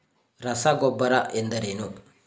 ರಸಗೊಬ್ಬರ ಎಂದರೇನು?